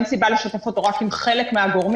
אין סיבה לשתף אותו רק עם חלק מהגורמים.